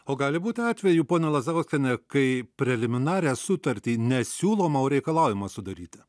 o gali būti atvejų ponia lazdauskiene kai preliminarią sutartį ne siūloma o reikalaujama sudaryti